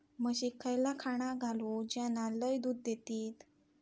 म्हशीक खयला खाणा घालू ज्याना लय दूध देतीत?